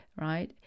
right